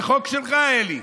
זה חוק שלך, אלי.